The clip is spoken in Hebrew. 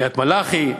קריית-מלאכי.